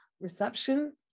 reception